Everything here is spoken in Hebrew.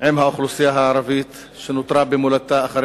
עם האוכלוסייה הערבית שנותרה במולדתה אחרי